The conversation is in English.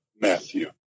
Matthew